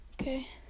Okay